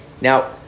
Now